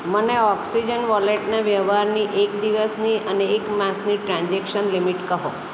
મને ઓક્સિજન વોલેટના વ્યવહારની એક દિવસની અને એક માસની ટ્રાન્ઝેક્શન લિમિટ કહો